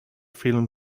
film